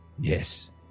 Yes